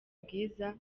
bwiza